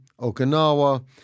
Okinawa